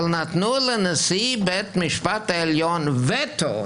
אלא נתנו לנשיא בית המשפט העליון וטו,